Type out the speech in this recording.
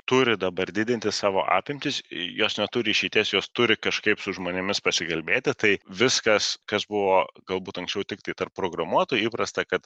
turi dabar didinti savo apimtis jos neturi išeities jos turi kažkaip su žmonėmis pasikalbėti tai viskas kas buvo galbūt anksčiau tiktai tarp programuotojų įprasta kad